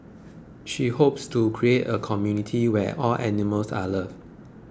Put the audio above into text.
she hopes to create a community where all animals are loved